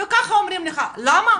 וככה אומרים לך למה?